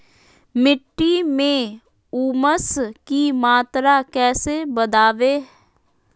मिट्टी में ऊमस की मात्रा कैसे बदाबे?